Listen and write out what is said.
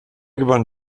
gewann